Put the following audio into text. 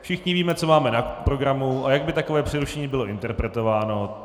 Všichni víme, co máme na programu a jak by takové přerušení bylo interpretováno.